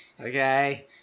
Okay